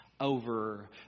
Over